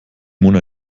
mona